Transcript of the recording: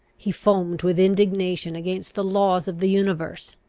he foamed with indignation against the laws of the universe,